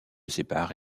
séparent